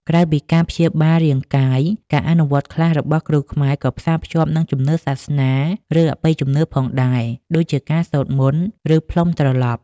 ក្រៅពីការព្យាបាលរាងកាយ ការអនុវត្តខ្លះរបស់គ្រូខ្មែរក៏ផ្សារភ្ជាប់នឹងជំនឿសាសនា ឬអបិយជំនឿផងដែរ ដូចជាការសូត្រមន្ត ផ្លុំត្រឡប់។